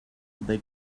they